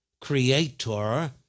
Creator